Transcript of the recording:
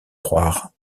croire